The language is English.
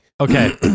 okay